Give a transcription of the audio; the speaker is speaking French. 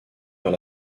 vers